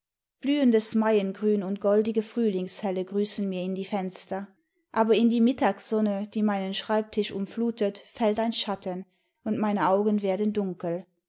blühendes maiengrün und goldige frühlingshelle grüßen mir in die fenster aber in die mittagssonne die meinen schreibtisch umflutet fällt ein schatten und meine augen werden dunkel